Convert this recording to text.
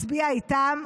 הצביעו איתה,